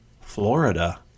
Florida